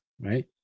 Right